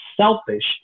selfish